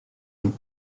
nous